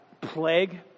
plague